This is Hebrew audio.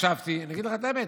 אגיד לך את האמת,